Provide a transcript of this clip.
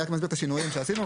אני רק מסביר את השינויים שעשינו.